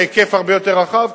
בהיקף הרבה יותר רחב,